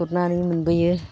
गुरनानै मोनबोयो